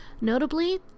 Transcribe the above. Notably